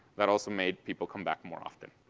that also made people come back more often.